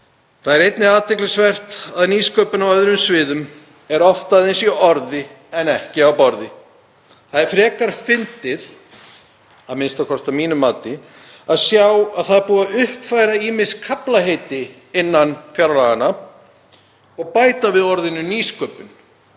Það er einnig athyglisvert að nýsköpun á öðrum sviðum er oft aðeins í orði en ekki á borði. Það er frekar fyndið, a.m.k. að mínu mati, að sjá að búið er að uppfæra ýmis kaflaheiti innan fjárlaganna og bæta við orðinu nýsköpun.